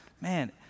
Man